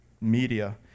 media